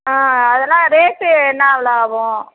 ஆ அதுலாம் ரேட்டு என்ன வில ஆவும்